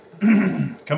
Come